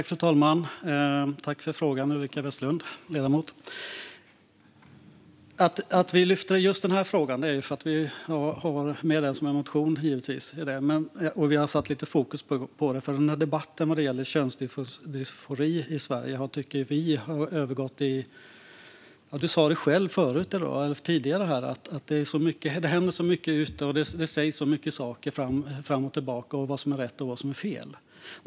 Fru talman! Tack för frågan, ledamoten Ulrika Westerlund! Att vi lyfter fram den här frågan beror givetvis på att vi har med detta som en motion. Vi har satt lite fokus på den, för i debatten om könsdysfori i Sverige tycker vi, som du själv sa tidigare i dag, att det händer så mycket och sägs så mycket fram och tillbaka när det gäller vad som är rätt och fel.